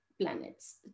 planets